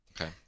Okay